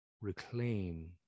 reclaim